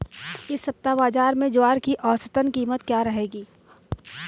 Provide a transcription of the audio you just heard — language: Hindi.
इस सप्ताह बाज़ार में ज्वार की औसतन कीमत क्या रहेगी?